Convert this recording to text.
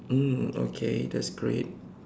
mm okay that's great